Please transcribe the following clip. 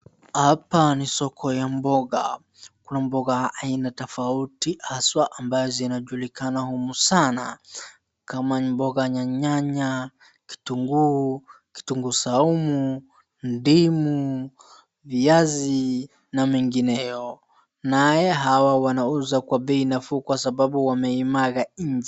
Hapa ni soko ya mboga. Kuna mboga aina tofauti haswaa ambazo zinajulikana humu sana. Kama ni mboga ya nyanya, kituguu, kitunguu saumu, ndimu, viazi na mengineo. Naye hawa wanauza kwa bei nafuu kwa sababu wameimwaga nje.